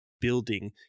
building